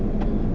mm